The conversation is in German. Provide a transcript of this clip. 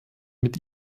mit